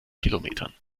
kilometern